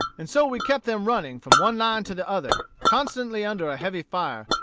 and so we kept them running, from one line to the other, constantly under a heavy fire,